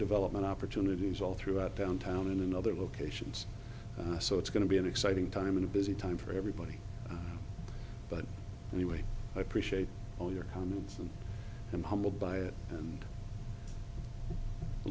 development opportunities all throughout downtown and in other locations so it's going to be an exciting time in a busy time for everybody but anyway i appreciate all your comments and i'm humbled by it and a